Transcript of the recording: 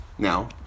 Now